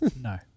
No